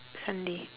sunday